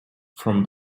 from